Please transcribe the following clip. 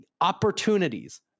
opportunities